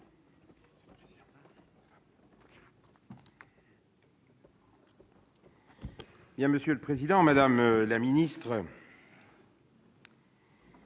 Monsieur le président, madame la ministre,